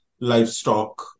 livestock